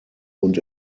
und